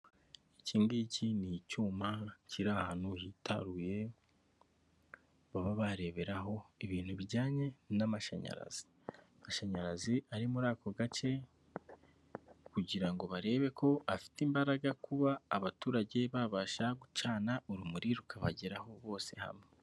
Iki ngiki ni icyuma kiri ahantu hitaruye, baba bareberaho ibintu bijyanye n'amashanyarazi, amashanyarazi ari muri ako gace kugira ngo barebe ko afite imbaraga kuba abaturage babasha gucana urumuri rukabageraho bose hamwe.